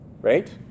Right